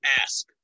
ask